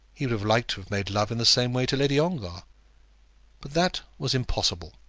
he would have liked to have made love in the same way to lady ongar but that was impossible,